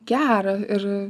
gera ir